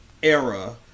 Era